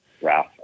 Ralph